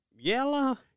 Yellow